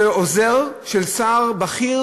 שעוזר של שר בכיר